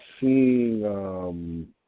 seeing